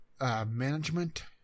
Management